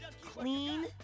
clean